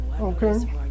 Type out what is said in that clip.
okay